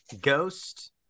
Ghost